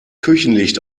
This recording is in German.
küchenlicht